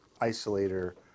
isolator